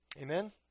Amen